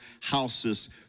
houses